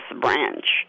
branch